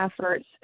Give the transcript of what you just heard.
efforts